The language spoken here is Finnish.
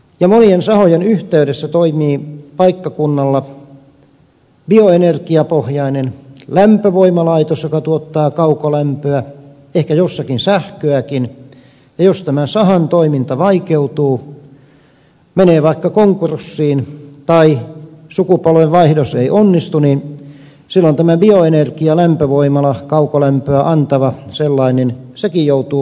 monien sahojen yhteydessä toimii paikkakunnalla bioenergiapohjainen lämpövoimalaitos joka tuottaa kaukolämpöä ehkä jossakin sähköäkin ja jos tämän sahan toiminta vaikeutuu saha menee vaikka konkurssiin tai sukupolvenvaihdos ei onnistu niin silloin tämä bioenergialämpövoimalakin kaukolämpöä antava sellainen joutuu vaikeuksiin